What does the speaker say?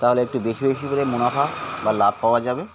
তাহলে একটু বেশি বেশি করে মুনাফা বা লাভ পাওয়া যাবে